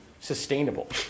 sustainable